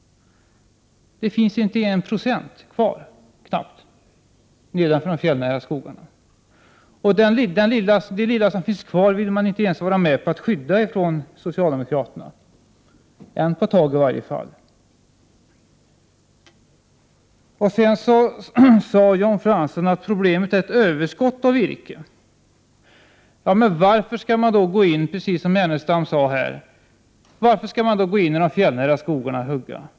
Det finns inte 1 90 kvar av de fjällnära skogarna. Inte ens det lilla som finns kvar vill socialdemokraterna vara med om att skydda — än på ett tag, i varje fall. Vidare sade Jan Fransson att problemet är att vi har ett överskott på virke. Ja, men varför skall man då, precis som Lars Ernestam frågade, gå in och hugga i de fjällnära skogarna?